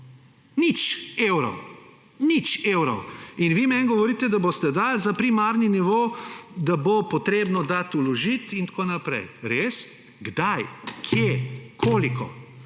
dali nulo. Nič evrov. In vi meni govorite, da boste dali za primarni nivo, da bo treba dati, vložiti in tako naprej. Res? Kdaj? Kje? Koliko?